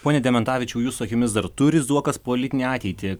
pone dementavičiau jūsų akimis dar turi zuokas politinę ateitį